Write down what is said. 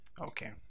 Okay